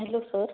hello sir